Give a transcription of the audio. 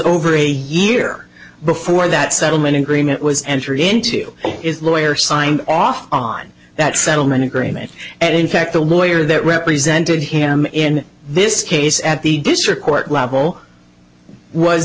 over a year before that settlement agreement was entered into its lawyer signed off on that settlement agreement and in fact the lawyer that represented him in this case at the district court level was